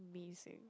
amazing